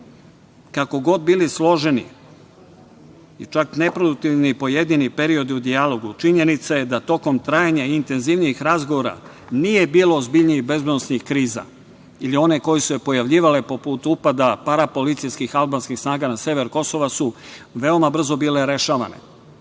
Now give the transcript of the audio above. god bili složeni, i čak neproduktivni i pojedini periodi u dijalogu činjenica je da tokom trajanja intenzivnijih razgovora nije bilo ozbiljnijih bezbednosnih kriza ili one koje su se pojavljivale poput upada parapolicijskih albanskih snaga na sever Kosova su veoma brzo bile rešavane. Treći